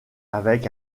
avec